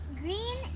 green